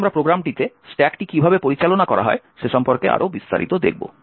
এখন আমরা প্রোগ্রামটিতে স্ট্যাকটি কীভাবে পরিচালনা করা হয় সে সম্পর্কে আরও বিস্তারিতভাবে দেখব